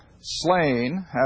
slain